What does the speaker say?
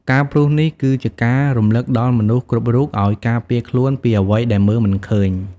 ការព្រុសនេះគឺជាការរំឭកដល់មនុស្សគ្រប់រូបឱ្យការពារខ្លួនពីអ្វីដែលមើលមិនឃើញ។